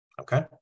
okay